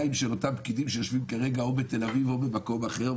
של אותם פקידים שיושבים כרגע בתל אביב או במקום אחר.